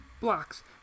blocks